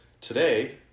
today